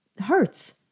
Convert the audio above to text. hurts